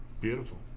Beautiful